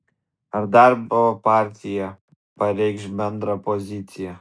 ar darbo partija pareikš bendrą poziciją